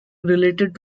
related